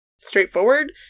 straightforward